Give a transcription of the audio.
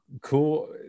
cool